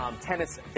Tennis